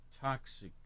toxic